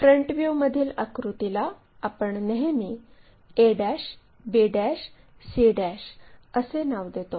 front व्ह्यूमधील आकृतीला आपण नेहमी a b c' असे नाव देतो